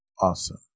awesome